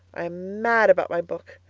i am mad about my book.